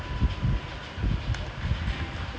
no I never reply நான் எதுவுமே பண்ணல:naan edhuvumae pannala